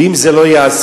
ואם זה לא ייעשה,